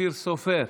אופיר סופר,